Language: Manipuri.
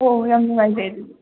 ꯑꯣ ꯑꯣ ꯌꯥꯝ ꯅꯨꯡꯉꯥꯏꯖꯔꯦ ꯑꯗꯨꯗꯤ